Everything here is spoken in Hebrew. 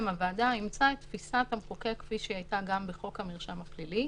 שהוועדה אימצה את תפיסת המחוקק כפי שהיא הייתה גם בחוק המרשם הפלילי.